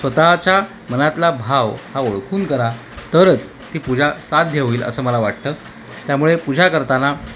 स्वतच्या मनातला भाव हा ओळखून करा तरच ती पूजा साध्य होईल असं मला वाटतं त्यामुळे पूजा करताना